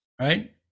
Right